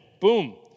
boom